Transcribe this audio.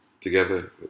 together